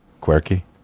Quirky